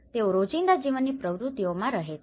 તેઓ રોજિંદા જીવનની પ્રવૃત્તિઓ મા રહે છે